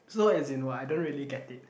so as in what I don't really get it